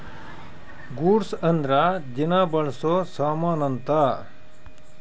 goods ಅಂದ್ರ ದಿನ ಬಳ್ಸೊ ಸಾಮನ್ ಅಂತ